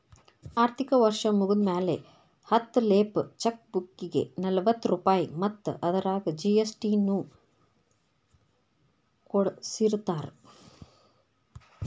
ಆರ್ಥಿಕ ವರ್ಷ್ ಮುಗ್ದ್ಮ್ಯಾಲೆ ಹತ್ತ ಲೇಫ್ ಚೆಕ್ ಬುಕ್ಗೆ ನಲವತ್ತ ರೂಪಾಯ್ ಮತ್ತ ಅದರಾಗ ಜಿ.ಎಸ್.ಟಿ ನು ಕೂಡಸಿರತಾರ